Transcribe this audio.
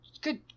good